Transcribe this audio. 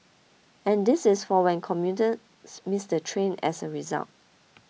and this is for when commuters miss the train as a result